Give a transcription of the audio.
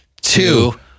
two